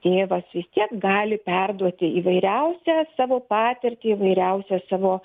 tėvas vis tiek gali perduoti įvairiausią savo patirtį įvairiausią savo